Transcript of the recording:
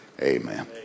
Amen